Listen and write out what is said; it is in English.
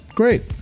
great